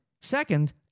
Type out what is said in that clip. Second